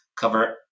cover